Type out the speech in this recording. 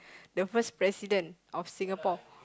the first president of Singapore